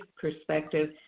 perspective